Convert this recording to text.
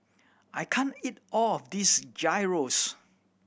I can't eat all of this Gyros